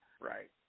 right